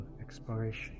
exploration